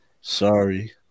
Sorry